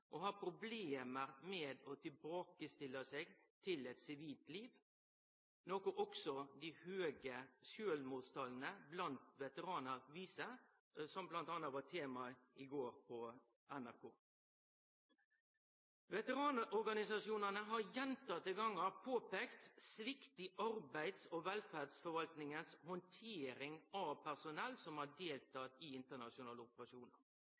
med å tilbakestille seg til eit sivilt liv, noko dei høge sjølvmordstala blant veteranar viser. Dette var òg tema på NRK i går. Veteranorganisasjonane har gjentatte gonger påpeika svikt i arbeids- og velferdsforvaltningas handtering av personell som har deltatt i internasjonale operasjonar.